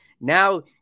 now